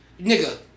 nigga